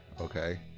Okay